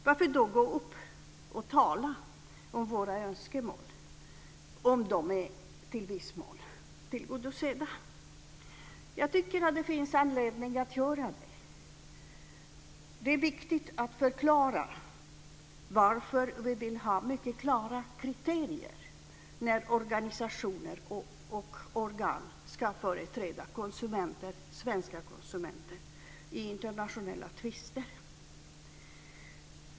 Varför då gå upp och tala om våra önskemål om de i viss mån är tillgodosedda? Jag tycker att det finns anledning att göra det. Det är viktigt att förklara varför vi vill ha mycket klara kriterier när organisationer och organ ska företräda svenska konsumenter i internationella tvister.